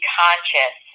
conscious